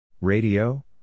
Radio